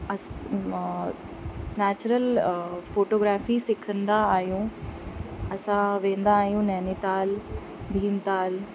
अस natural photography सिखंदा आहियूं असां वेंदा आहियूं नैनीताल भीमताल